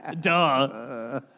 Duh